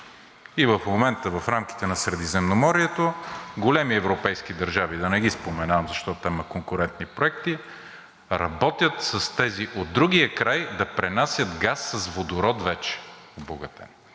В момента в рамките на Средиземноморието големи европейски държави – да не ги споменавам, защото там има конкурентни проекти, работят с тези от другия край да пренасят газ с обогатен